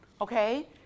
Okay